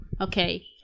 okay